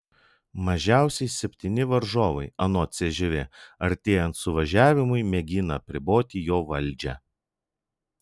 mažiausiai septyni varžovai anot cžv artėjant suvažiavimui mėgina apriboti jo valdžią